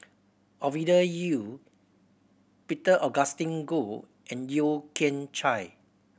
Ovidia Yu Peter Augustine Goh and Yeo Kian Chye